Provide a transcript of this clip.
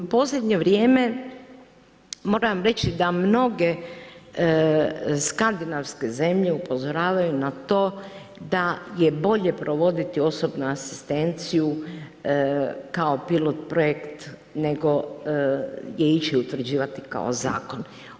U posljednje vrijeme moramo reći da mnoge skandinavske zemlje upozoravaju na to da je bolje provoditi osobnu asistenciju kao pilot projekt nego je ići utvrđivati kao zakon.